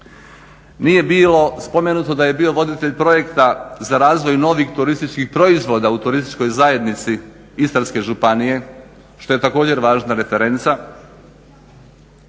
Nije bilo spomenuto da je bio voditelj projekta za razvoj novih turističkih proizvoda u turističkoj zajednici istarske županije što je također važna referenca.